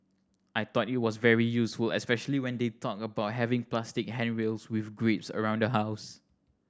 I thought it was very useful especially when they talked about having plastic handrails with grips around the house